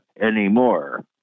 anymore